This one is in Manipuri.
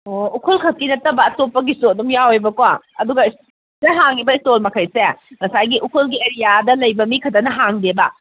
ꯑꯣ ꯎꯈ꯭ꯔꯨꯜ ꯈꯛꯀꯤ ꯅꯠꯇꯕ ꯑꯇꯣꯞꯄꯒꯤꯁꯨ ꯑꯗꯨꯝ ꯌꯥꯎꯑꯦꯕꯀꯣ ꯑꯗꯨꯒ ꯁꯤꯗ ꯍꯥꯡꯉꯤꯕ ꯏꯁꯇꯣꯜ ꯃꯈꯩꯁꯦ ꯉꯁꯥꯏꯒꯤ ꯎꯈ꯭ꯔꯨꯜꯒꯤ ꯑꯦꯔꯤꯌꯥꯗ ꯂꯩꯕ ꯃꯤ ꯈꯛꯇꯅ ꯍꯥꯡꯗꯦꯕ